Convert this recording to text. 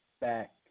back